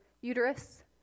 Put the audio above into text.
uterus